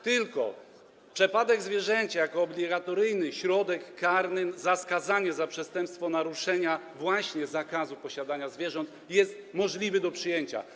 Tylko przepadek zwierzęcia jako obligatoryjny środek karny za skazanie za przestępstwo naruszenia zakazu posiadania zwierząt jest możliwy do przyjęcia.